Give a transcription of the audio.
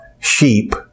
sheep